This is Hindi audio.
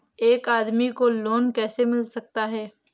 एक आदमी को लोन कैसे मिल सकता है?